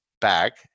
back